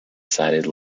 sided